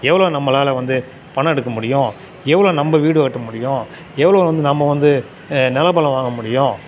எவ்வளோ நம்மளால் வந்து பணம் எடுக்க முடியும் எவ்வளோ நம்ம வீடுகட்ட முடியும் எவ்வளோ வந்து நம்ம வந்து நிலபுலம் வாங்க முடியும்